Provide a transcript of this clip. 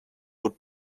would